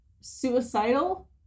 suicidal